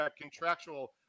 contractual